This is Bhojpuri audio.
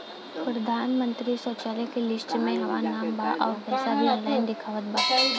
प्रधानमंत्री शौचालय के लिस्ट में हमार नाम बा अउर पैसा भी ऑनलाइन दिखावत बा